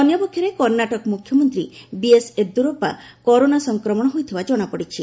ଅନ୍ୟପକ୍ଷରେ କର୍ଷ୍ଣାଟକ ମୁଖ୍ୟମନ୍ତ୍ରୀ BS Yediyurappa corona ସଂକ୍ରମଣ ହୋଇଥିବା କଣାପଡ଼ିଛି